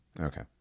Okay